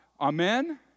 amen